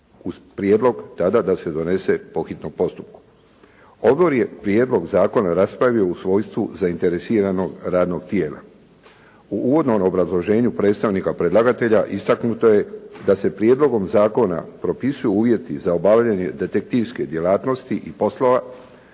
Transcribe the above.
uz prijedlog tada da se donese po hitnom postupku. Odbor je prijedlog zakona usvojio u svojstvu zainteresiranog radnog tijela. U uvodnom obrazloženju predstavnika predlagatelja istaknuto je da se prijedlogom zakona propisuju uvjeti za obavljanje detektivske djelatnosti i poslova,